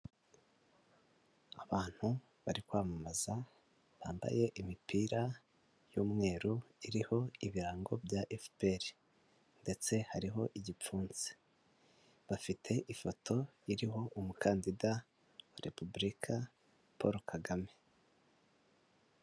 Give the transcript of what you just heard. Abantu bari kwamamaza, bambaye imipira y'umweru, iriho ibirango bya FPR, ndetse hariho igipfunsi, bafite ifoto iriho umukandida wa Repubulika Paul Kagame.